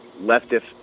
leftist